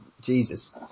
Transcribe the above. Jesus